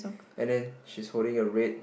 and the she's holding a red